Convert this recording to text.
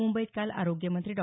मुंबईत काल आरोग्यमंत्री डॉ